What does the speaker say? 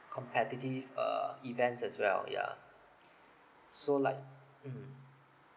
competitive uh events as well yeah so like mm